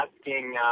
asking